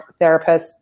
therapists